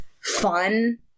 fun